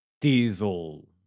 diesel